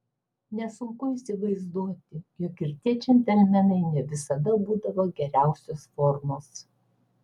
nesunku įsivaizduoti jog ir tie džentelmenai ne visada būdavo geriausios formos